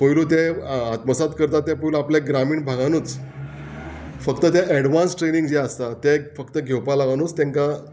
पयलू ते आत्मसात करता ते पयलू आपल्या ग्रामीण भागानूच फक्त ते एडवांस ट्रेनींग जें आसता तें फक्त घेवपाक लागूनच तेंकां